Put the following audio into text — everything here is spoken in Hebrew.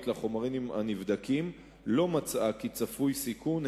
לחומרים הנבדקים לא נמצא כי צפוי סיכון,